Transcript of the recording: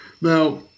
now